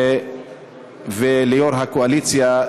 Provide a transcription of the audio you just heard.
וליושב-ראש הקואליציה,